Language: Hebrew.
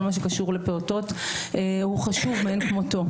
מה שקשור לפעוטות הוא חשוב מאין כמותו.